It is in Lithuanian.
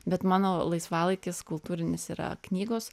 bet mano laisvalaikis kultūrinis yra knygos